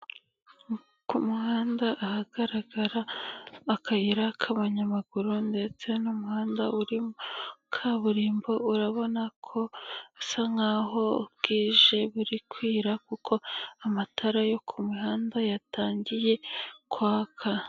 Ku muhanda ahagaragara akayira k'abanyamaguru ndetse n'umuhanda urimo kaburimbo, urabona ko hasa nkaho bwije buri kwira kuko amatara yo ku mihanda yatangiye kwaka.